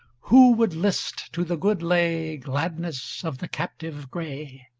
who would list to the good lay gladness of the captive grey?